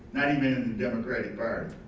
not even in the democratic party.